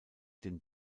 den